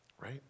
Right